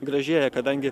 gražėja kadangi